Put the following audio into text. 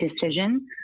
decision